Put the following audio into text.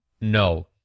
No